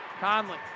Conley